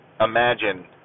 imagine